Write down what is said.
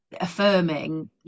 affirming